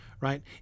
right